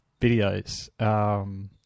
videos